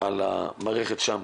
על מערכת השע"ם,